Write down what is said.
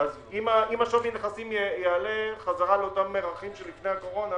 אם שווי הנכסים יעלה בחזרה לאותם ערכים שלפני הקורונה